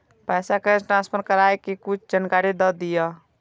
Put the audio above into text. पैसा cash transfer करऐ कि कुछ जानकारी द दिअ